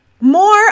more